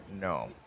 No